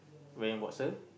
wearing boxer